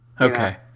okay